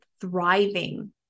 thriving